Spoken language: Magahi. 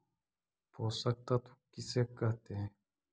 पोषक तत्त्व किसे कहते हैं?